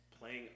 playing